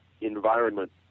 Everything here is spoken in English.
environment